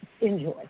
enjoy